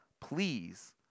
please